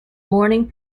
morning